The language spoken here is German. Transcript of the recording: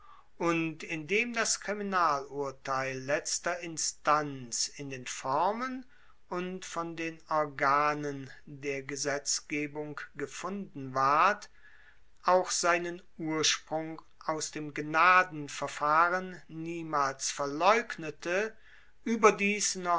und indem das kriminalurteil letzter instanz in den formen und von den organen der gesetzgebung gefunden ward auch seinen ursprung aus dem gnadenverfahren niemals verleugnete